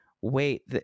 wait